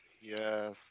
yes